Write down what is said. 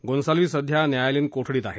गोन्साल्विस सध्या न्यायालयीन कोठडीत आहेत